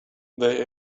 they